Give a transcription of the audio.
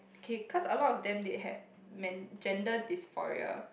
okay cause a lot of them they have men~ gender dysphoria